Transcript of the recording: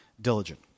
diligent